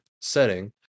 setting